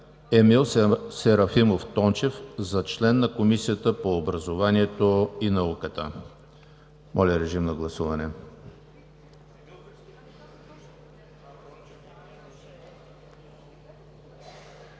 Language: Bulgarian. Емил Серафимов Тончев за член на Комисията по образованието и науката.“ Моля, режим на гласуване.